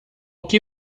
que